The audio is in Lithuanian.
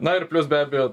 na ir plius be abejo